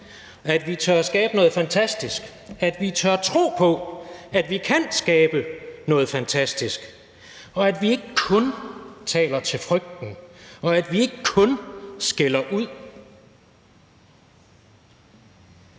at vi tør skabe noget fantastisk, at vi tør tro på, at vi kan skabe noget fantastisk, at vi ikke kun taler til frygten, at vi ikke kun skælder ud,